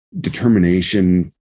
Determination